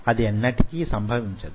అది ఎన్నటికీ సంభవించదు